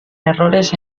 errores